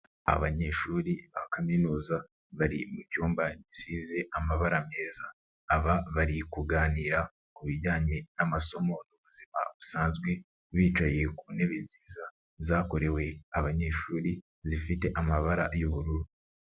Abanyeshuri ba kaminuza bari mu cyumba gisize amabara meza. Aba bari kuganira ku bijyanye n'amasomo n'ubuzima busanzwe bicaye ku ntebe nziza zakorewe abanyeshuri zifite amabara y'ubururu.